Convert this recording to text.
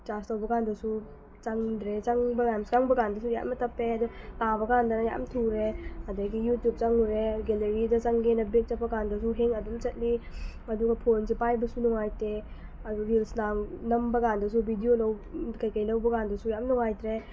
charge ꯇꯧꯕ ꯀꯥꯟꯗꯁꯨ ꯆꯪꯗ꯭ꯔꯦ ꯆꯪꯕꯀꯥꯟ ꯆꯪꯕꯀꯥꯟꯗꯁꯨ ꯌꯥꯝꯅ ꯇꯞꯄꯦ ꯑꯗꯣ ꯇꯥꯕ ꯀꯥꯟꯗꯅ ꯌꯥꯝ ꯊꯨꯔꯦ ꯑꯗꯒꯤ ꯌꯨꯇꯨꯞ ꯆꯪꯉꯨꯔꯦ ꯒꯦꯂꯔꯤꯗ ꯆꯪꯒꯦꯅ ꯕꯦꯛ ꯆꯠꯄ ꯀꯥꯟꯗꯁꯨ ꯍꯦꯡ ꯑꯗꯨꯝ ꯆꯠꯂꯤ ꯑꯗꯨꯒ ꯐꯣꯟꯁꯦ ꯄꯥꯏꯕꯁꯨ ꯅꯨꯡꯉꯥꯏꯇꯦ ꯑꯗꯨ ꯔꯤꯜꯁ ꯂꯥꯡ ꯅꯝꯕꯀꯥꯟꯗꯁꯨ ꯕꯤꯗꯤꯑꯣ ꯀꯩ ꯀꯩ ꯂꯧꯕꯀꯥꯟꯗꯁꯨ ꯌꯥꯝ ꯅꯨꯡꯉꯥꯏꯇ꯭ꯔꯦ